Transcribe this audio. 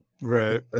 Right